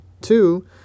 Two